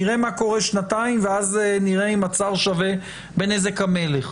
נראה מה קורה שנתיים ואז נראה אם הצר שווה בנזק המלך.